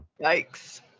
Yikes